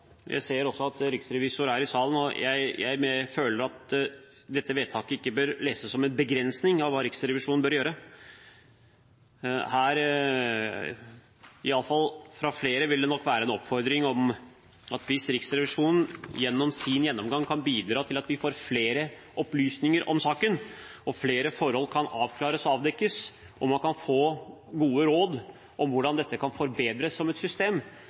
Jeg ser også at riksrevisor er i salen, og jeg føler at dette vedtaket ikke bør leses som en begrensning av hva Riksrevisjonen bør gjøre. Fra flere vil det nok være en oppfordring om at hvis Riksrevisjonen gjennom sin gjennomgang kan bidra til at vi får flere opplysninger om saken, at flere forhold kan avklares og avdekkes, og at man kan få gode råd om hvordan dette kan forbedres som system,